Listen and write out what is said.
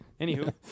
Anywho